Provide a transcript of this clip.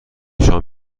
شام